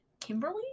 kimberly